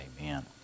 Amen